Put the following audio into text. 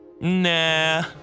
Nah